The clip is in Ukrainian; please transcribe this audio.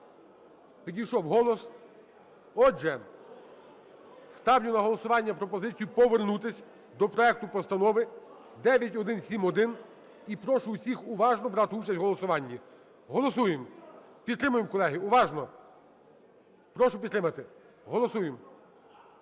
підійшов голос. Отже, ставлю на голосування пропозицію повернутись до проекту Постанови 9171, і прошу всіх уважно брати участь в голосуванні. Голосуємо. Підтримаємо, колеги. Уважно! Прошу підтримати. Голосуємо.